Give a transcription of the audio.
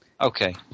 Okay